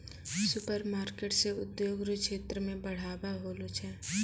supermarket से उद्योग रो क्षेत्र मे बढ़ाबा होलो छै